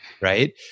Right